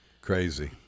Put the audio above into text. crazy